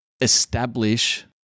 establish